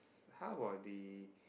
how about the